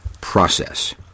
process